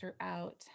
throughout